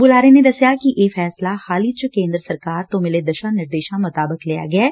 ਉਲਾਰੇ ਨੇ ਦਸਿਆ ਕਿ ਇਹ ਫੈਸਲਾ ਹਾਲ ਹੀ ਚ ਕੇਂਦਰ ਸਰਕਾਰ ਤੋ ਮਿਲੇ ਦਿਸ਼ਾ ਨਿਰਦੇਸ਼ਾਂ ਮੁਤਾਬਿਕ ਲਿਆ ਗਿਐ